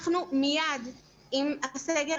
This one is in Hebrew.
מיד עם הסגר